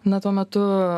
na tuo metu